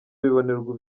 bibonerwa